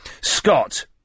Scott